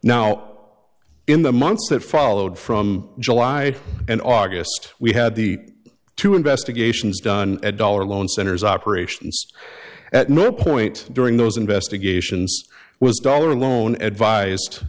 now in the months that followed from july and august we had the two investigations done a dollar loan centers operation at no point during those investigations was dollar loan advised